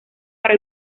para